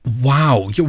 wow